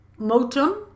Motum